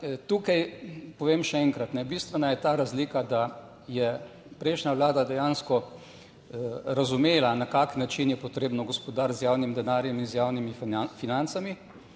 tukaj, povem še enkrat, bistvena je ta razlika, da je prejšnja vlada dejansko razumela na kakšen način je potrebno gospodariti z javnim denarjem in z javnimi financami